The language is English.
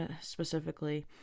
specifically